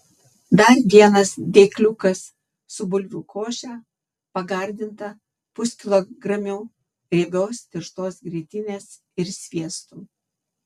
dar vienas dėkliukas su bulvių koše pagardinta puskilogramiu riebios tirštos grietinės ir sviestu